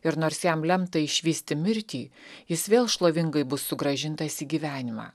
ir nors jam lemta išvysti mirtį jis vėl šlovingai bus sugrąžintas į gyvenimą